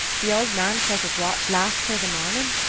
the old man says his watch lasts till the mornin'.